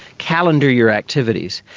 calendar your activities.